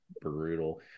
brutal